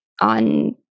on